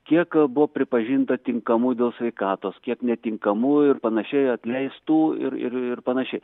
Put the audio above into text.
kiek buvo pripažinta tinkamų dėl sveikatos kiek netinkamų ir panašiai atleistų ir ir panašiai